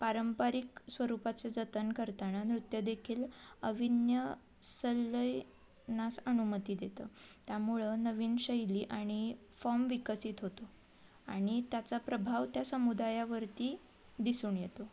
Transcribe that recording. पारंपरिक स्वरूपाचे जतन करताना नृत्य देखील अविन्य सल्लयनास अनुमती देतं त्यामुळं नवीन शैली आणि फॉम विकसित होतो आणि त्याचा प्रभाव त्या समुदायावरती दिसून येतो